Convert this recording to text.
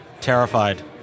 Terrified